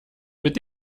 mit